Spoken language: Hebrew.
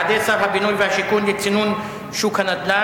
4563 ו-4562 בנושא: צעדי שר השיכון לצינון שוק הנדל"ן.